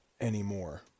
anymore